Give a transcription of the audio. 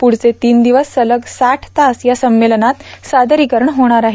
पुढचे तीन दिवस सलग साठ तास या संमेलनात सादरीकरण होणार आहे